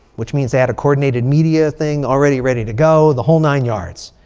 which means they had a coordinated media thing already ready to go. the whole nine yards.